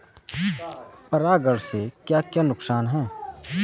परागण से क्या क्या नुकसान हैं?